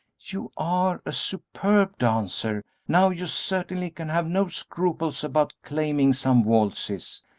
you are a superb dancer now you certainly can have no scruples about claiming some waltzes,